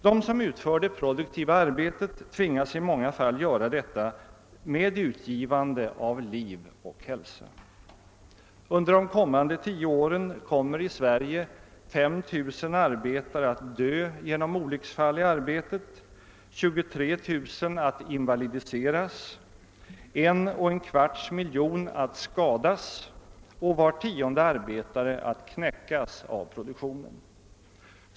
De som utför det produktiva arbetet tvingas i många fall göra detta med utgivande av liv och hälsa. Under de närmaste tio åren kommer i Sverige 5 000 arbetare att dö genom olycksfall i arbetet, 23 000 att invalidiseras, 11/, miljoner att skadas och var tionde arbetare att knäckas av produktionen.